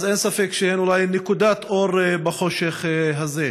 אז אין ספק שהן נקודת אור בחושך הזה.